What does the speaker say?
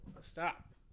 Stop